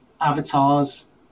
avatars